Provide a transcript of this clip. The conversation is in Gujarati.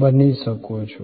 બની શકો છો